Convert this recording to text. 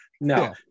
No